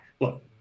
look